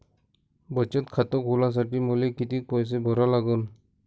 बचत खात खोलासाठी मले किती पैसे भरा लागन?